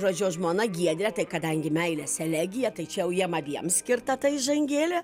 žodžiu o žmona giedrė tai kadangi meilės elegija tai čia jau jiem abiem skirta ta įžangėlė